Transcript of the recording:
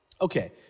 Okay